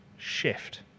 shift